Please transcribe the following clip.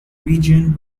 region